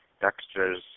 Dexter's